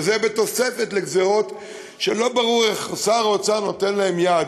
וזה בתוספת לגזירות שלא ברור איך שר האוצר נותן להן יד,